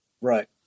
Right